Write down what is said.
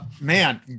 man